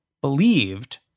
believed